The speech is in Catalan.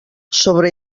sobre